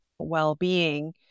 well-being